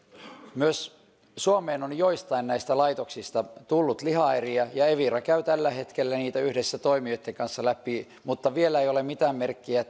myös suomeen on joistain näistä laitoksista tullut lihaeriä ja evira käy tällä hetkellä niitä yhdessä toimijoitten kanssa läpi mutta vielä ei ole mitään merkkiä